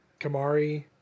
kamari